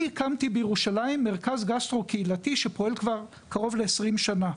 אני הקמתי בירושלים מרכז גסטרו קהילתי שפועל כבר קרוב ל-20 שנה.